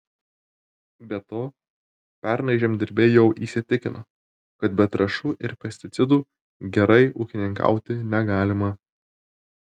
be to pernai žemdirbiai jau įsitikino kad be trąšų ir pesticidų gerai ūkininkauti negalima